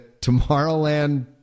Tomorrowland